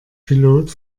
pilot